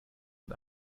von